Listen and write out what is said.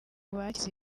bakize